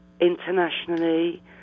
internationally